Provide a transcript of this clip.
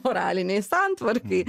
moralinei santvarkai